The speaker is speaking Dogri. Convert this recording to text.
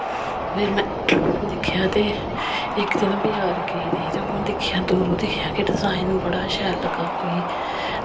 फिर में दिक्खेआ ते इक दिन बजार गेदी ही ते ओह् दिक्खेआ दूरों दिक्खेआ कि डिजाइन बड़ा शैल लग्गा मिगी